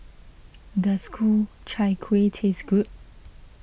does Ku Chai Kueh taste good